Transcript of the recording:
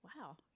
Wow